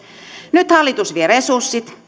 nyt hallitus vie resurssit